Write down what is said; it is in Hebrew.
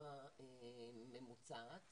מההכנסה הממוצעת